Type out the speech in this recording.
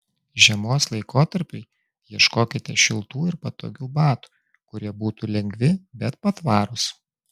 žiemos laikotarpiui ieškokite šiltų ir patogių batų kurie būtų lengvi bet patvarūs